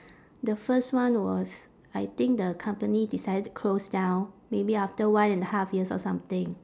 the first one was I think the company decided to close down maybe after one and a half years or something